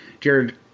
Jared